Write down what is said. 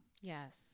Yes